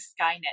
Skynet